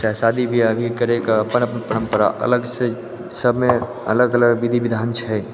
चाहे शादी ब्याह भी करै कऽ अपन अपन परम्परा अलग से सभमे अलग अलग बिधि बिधान छै